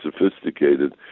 sophisticated